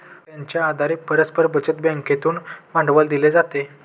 त्यांच्या आधारे परस्पर बचत बँकेकडून भांडवल दिले जाते